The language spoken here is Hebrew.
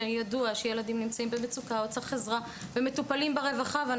שידוע שילדים נמצאים במצוקה או צריך עזרה ומטופלים ברווחה.